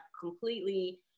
completely